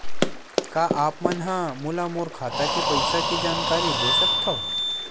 का आप मन ह मोला मोर खाता के पईसा के जानकारी दे सकथव?